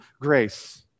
grace